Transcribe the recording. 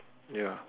ya